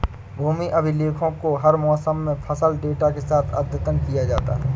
भूमि अभिलेखों को हर मौसम में फसल डेटा के साथ अद्यतन किया जाता है